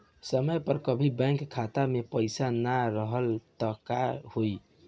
समय पर कभी बैंक खाता मे पईसा ना रहल त का होई?